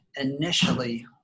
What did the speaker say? initially